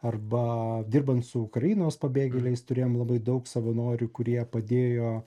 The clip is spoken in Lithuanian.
arba dirbant su ukrainos pabėgėliais turėjom labai daug savanorių kurie padėjo